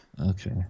Okay